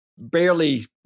barely